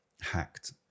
hacked